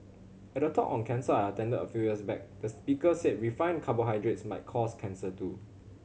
at a talk on cancer I attended a few years back the speaker said refined carbohydrates might cause cancer too